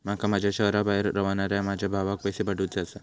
माका माझ्या शहराबाहेर रव्हनाऱ्या माझ्या भावाक पैसे पाठवुचे आसा